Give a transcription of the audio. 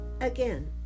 Again